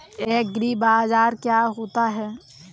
एग्रीबाजार क्या होता है?